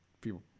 people